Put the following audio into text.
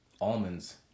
almonds